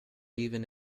even